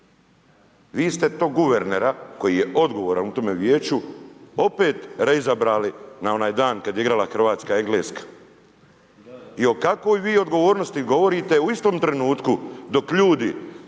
Vi ste tog guvernera koji je odgovoran u tome vijeću opet reizabrali na onaj dan kada je igrala Hrvatska-Engleska. I o kakvoj vi odgovornosti govorite u istom trenutku dok ljudi